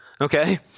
Okay